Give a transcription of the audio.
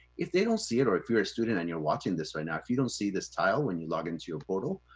if they don't see it, or if you're a student and you're watching this right now, if you don't see this tile when you log into your portal,